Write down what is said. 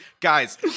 Guys